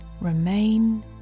remain